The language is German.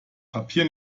papier